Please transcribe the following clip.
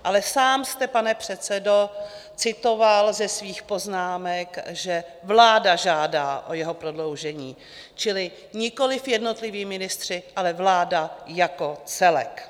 Ale sám jste, pane předsedo, citoval ze svých poznámek, že vláda žádá o jeho prodloužení, čili nikoli jednotliví ministři, ale vláda jako celek.